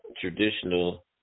traditional